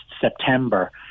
September